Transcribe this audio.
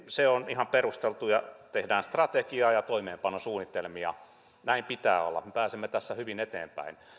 se on ihan perusteltu tehdään strategiaa ja toimeenpanosuunnitelmia ja näin pitää olla me pääsemme tässä hyvin eteenpäin